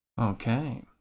Okay